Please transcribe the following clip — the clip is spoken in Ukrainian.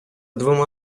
двома